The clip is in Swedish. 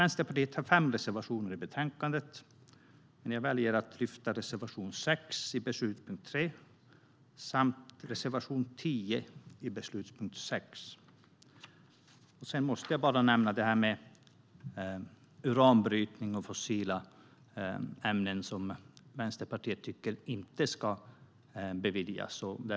Vänsterpartiet har fem reservationer i betänkandet, men jag väljer att yrka bifall endast till reservation 6 under beslutspunkt 3 och till reservation 10 under beslutspunkt 6.Sedan måste jag nämna att Vänsterpartiet inte tycker att man ska bevilja brytning av uran och fossila ämnen.